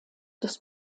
des